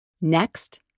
Next